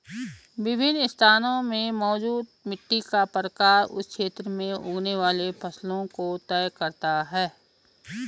विभिन्न स्थानों में मौजूद मिट्टी का प्रकार उस क्षेत्र में उगने वाली फसलों को तय करता है